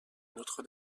notre